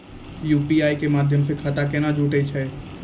UPI के माध्यम से खाता केना जुटैय छै?